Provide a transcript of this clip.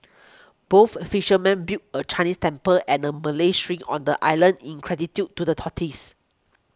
both fishermen built a Chinese temple and a Malay shrine on the island in gratitude to the tortoise